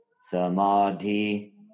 samadhi